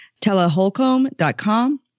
Teleholcomb.com